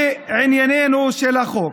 לענייננו, החוק: